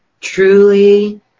truly